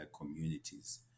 communities